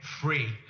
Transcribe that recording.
free